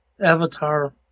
avatar